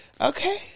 Okay